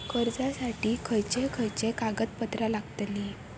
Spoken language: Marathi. कर्जासाठी खयचे खयचे कागदपत्रा लागतली?